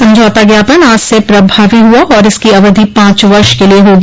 समझौता ज्ञापन आज से प्रभावी हुआ और इसकी अवधि पांच वर्ष के लिए होगी